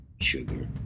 sugar